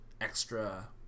extra